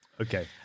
Okay